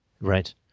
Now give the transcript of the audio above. right